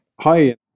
Hi